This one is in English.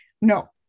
no